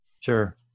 Sure